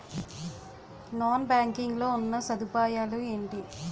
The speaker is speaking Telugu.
నాన్ బ్యాంకింగ్ లో ఉన్నా సదుపాయాలు ఎంటి?